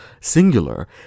singular